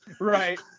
right